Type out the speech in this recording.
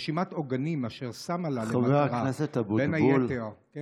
רשימת עוגנים, אשר שמה לה, חבר הכנסת אבוטבול, אני